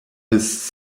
his